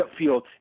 upfield